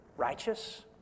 Righteous